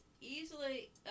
easily